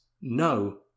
No